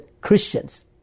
Christians